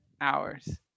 hours